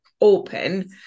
open